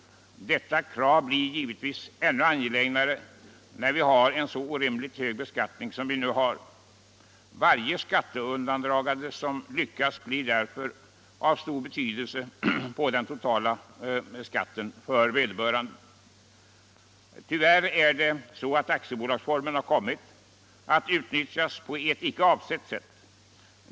Detta krav blir ännu angelägnare när vi har en så orimligt hög beskattning som nu. Varje skatteundandragande som lyckas blir därför av stor betydelse på den totala skatten för vederbörande. Tyvärr är det så, att aktiebolagsformen har kommit att utnyttjas på ett icke avsett sätt.